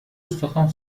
استخوان